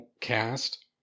cast